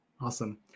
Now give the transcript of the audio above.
Awesome